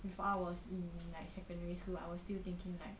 if I was in like secondary school I will still thinking